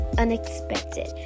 unexpected